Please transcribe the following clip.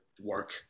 work